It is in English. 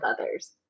others